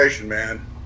man